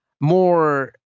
more